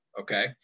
okay